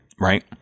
right